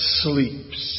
sleeps